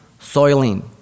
soiling